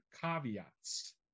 caveats